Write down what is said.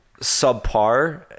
subpar